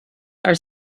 are